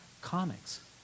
comics